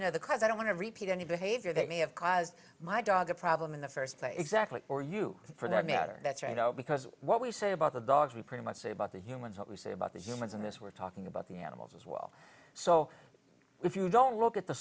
know the cause i don't want to repeat any behavior that may have caused my dog a problem in the first place exactly or you for that matter that's right because what we say about the dogs we pretty much say about the humans what we say about the humans in this we're talking about the animals as well so if you don't look at the